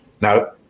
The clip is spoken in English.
Now